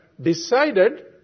decided